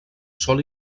sol